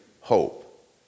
hope